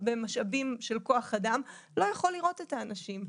במשאבי כוח אדם לא יכול לראות את האנשים.